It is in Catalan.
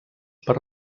per